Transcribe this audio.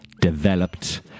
developed